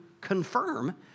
confirm